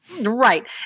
right